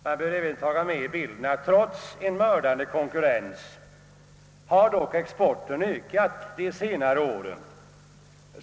Det bör även tagas med i bilden, att trots en mördande konkurrens har exporten ökat de senaste åren.